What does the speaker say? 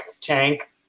tank